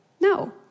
no